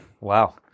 wow